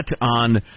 on